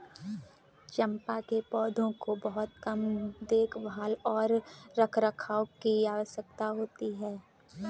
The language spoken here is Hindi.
चम्पा के पौधों को बहुत कम देखभाल और रखरखाव की आवश्यकता होती है